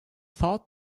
thought